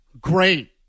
Great